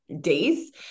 days